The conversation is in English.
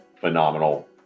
phenomenal